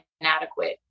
inadequate